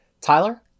Tyler